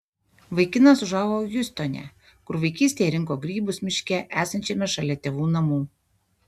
vaikinas užaugo hjustone kur vaikystėje rinko grybus miške esančiame šalia tėvų namų